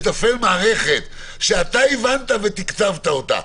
לתפעל מערכת שאתה הבנת ותקצבת אותה,